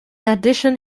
addition